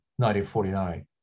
1949